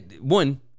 one